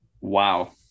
Wow